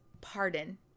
pardon